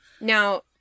Now